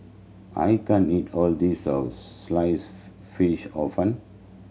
I can't eat all this Sliced Fish Hor Fun